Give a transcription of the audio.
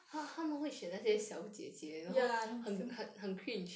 ya then film